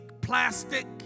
plastic